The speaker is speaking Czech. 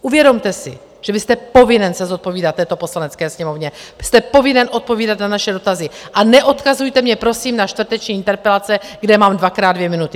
Uvědomte si, že vy jste povinen se zodpovídat této Poslanecké sněmovně, jste povinen odpovídat na naše dotazy, a neodkazujte mě, prosím, na čtvrteční interpelace, kde mám dvakrát dvě minuty.